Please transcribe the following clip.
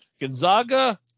Gonzaga